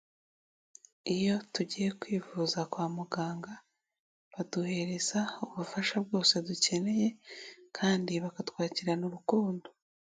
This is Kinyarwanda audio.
Iyo tugiye kwivuza kwa muganga, baduhereza ubufasha bwose dukeneye kandi bakatwakirana urukundo.